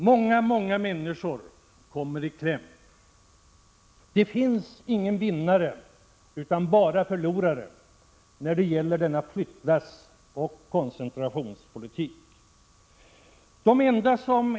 Många, många människor kommer i kläm. Det finns inga vinnare utan bara förlorare när det gäller denna flyttlassoch koncentrationspolitik.